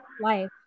life